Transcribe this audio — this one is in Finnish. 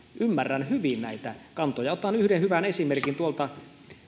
ymmärrän hyvin näitä kantoja otan yhden hyvän esimerkin tuolta